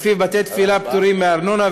שלפיו בתי-תפילה פטורים מארנונה,